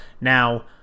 now